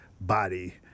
body